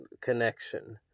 connection